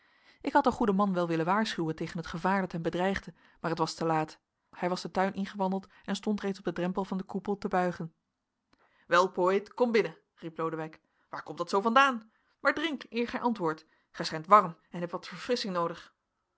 ik had den goeden man wel willen waarschuwen tegen het gevaar dat hem bedreigde maar het was te laat hij was den tuin ingewandeld en stond reeds op den drempel van den koepel te buigen wel poëet kom binnen riep lodewijk waar komt dat zoo vandaan maar drink eer gij antwoordt gij schijnt warm en hebt wat verfrissching noodig